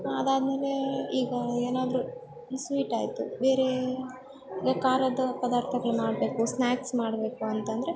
ಅದಾದ್ಮೇಲೇ ಈಗ ಏನಾದ್ರು ಸ್ವೀಟ್ ಆಯಿತು ಬೇರೇ ಖಾರದ ಪದಾರ್ಥಗಳ್ ಮಾಡಬೇಕು ಸ್ನಾಕ್ಸ್ ಮಾಡಬೇಕು ಅಂತಂದರೆ